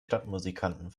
stadtmusikanten